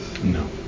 No